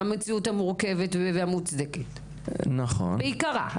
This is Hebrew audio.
המציאות המורכבת והמוצדקת בעיקרה.